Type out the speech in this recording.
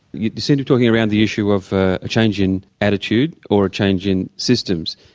you seem to be talking around the issue of a change in attitude or a change in systems,